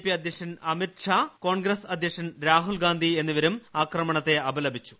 P അദ്ധ്യക്ഷൻ അമിതി ഷാ കോൺഗ്രസ് അദ്ധ്യക്ഷൻ രാഹുൽ ഗാന്ധി എന്നിവരും ആക്രമണത്തെ അപലപിച്ചു